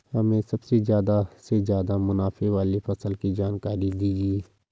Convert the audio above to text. हमें सबसे ज़्यादा से ज़्यादा मुनाफे वाली फसल की जानकारी दीजिए